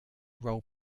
role